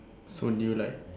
so did you like